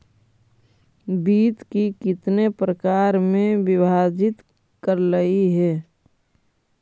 वित्त को कितने प्रकार में विभाजित करलइ हे